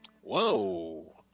Whoa